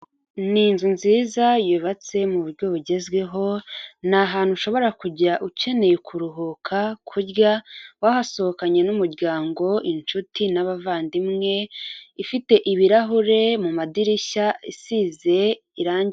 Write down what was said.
Ni nzu nziza yubatse mu buryo bugezweho. Ni ahantu ushobora kujya ukeneye kuruhuka, kurya, wahasohokanye n'umuryango, inshuti n'abavandimwe. Ifite ibirahure mu madirishya, isize irangi.